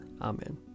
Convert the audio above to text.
Amen